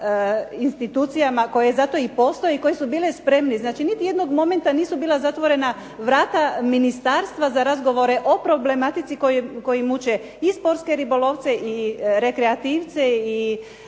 institucijama koje zato i postoje i koje su bile spremni, znači niti jednog momenta nisu bila zatvorena vrata ministarstva za razgovore o problematici koji muče i sportske ribolovce, rekrativce i